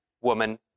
woman